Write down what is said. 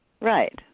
Right